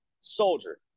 soldier